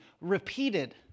repeated